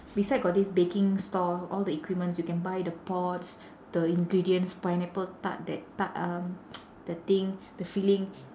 beside got this baking store all the equipments you can buy the pots the ingredients pineapple tart that ta~ uh the thing the filling